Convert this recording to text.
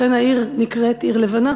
לכן העיר נקראת "עיר לבנה".